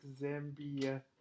Zambia